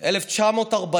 1940: